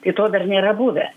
kai to dar nėra buvę